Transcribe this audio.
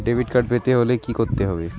Debit card পেতে হলে কি করতে হবে?